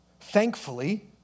thankfully